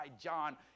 John